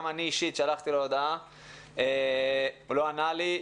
גם אני אישית שלחתי לו הודעה - הוא לא ענה לי,